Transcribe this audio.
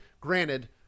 granted